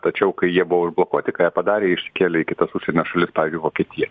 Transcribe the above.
tačiau kai jie buvo užblokuoti ką jie padarė jie išsikėlė į kitas užsienio šalis pavyzdžiui vokietiją